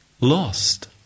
lost